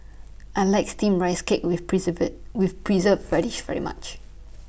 I like Steamed Rice Cake with Preserved with Preserved Radish very much